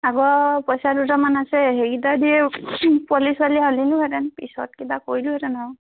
আগৰ পইচা দুটামান আছে সেইকেইটা দিয়ে পোৱালি ছোৱালী আনিলোহেঁতেন পিছত কিবা কৰিলোঁহেঁতেন আৰু